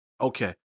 Okay